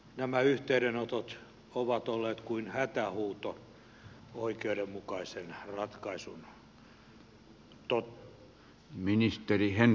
nämä yhteydenotot ovat olleet kuin hätähuuto oikeudenmukaisen ratkaisun toteuttamiseksi